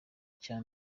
cya